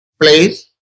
place